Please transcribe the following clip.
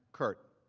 kurt.